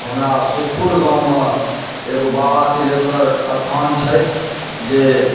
हमरा सुखपुर गाँवमे एगो बाबा तिल्हेश्वर स्थान छथि जे